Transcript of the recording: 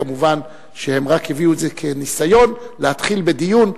כמובן שהם רק הביאו את זה כניסיון להתחיל בדיון,